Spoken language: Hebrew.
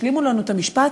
השלימו לנו את המשפט,